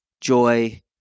joy